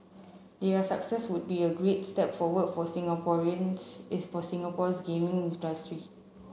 their success would be a great step forward for Singaporean's is for Singapore's gaming industry